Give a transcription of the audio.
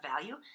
value